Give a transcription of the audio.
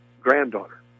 granddaughter